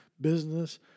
business